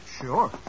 Sure